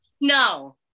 no